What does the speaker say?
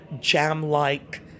jam-like